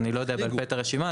אני לא יודע את הרשימה בעל פה.